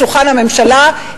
בשולחן הממשלה,